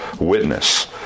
witness